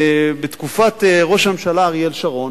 בתקופת ראש הממשלה אריאל שרון